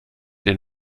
den